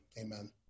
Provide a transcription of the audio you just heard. amen